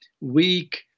weak